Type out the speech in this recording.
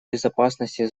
безопасности